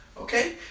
okay